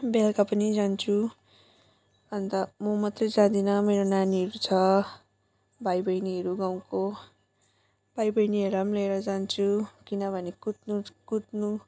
बेलुका पनि जान्छु अनि त म मात्रै जाँदिन मेरो नानीहरू छ भाइबहिनीहरू गाउँको भाइबहिनीहरूलाई पनि लिएर जान्छु किनभने कुद्नु कुद्नु